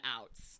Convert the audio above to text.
outs